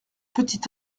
petit